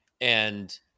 And-